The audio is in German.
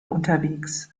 unterwegs